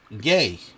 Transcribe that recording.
gay